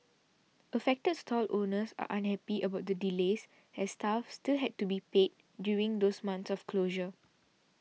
affected stall owners are unhappy about the delays as staff still had to be paid during those months of closure